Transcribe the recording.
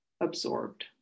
absorbed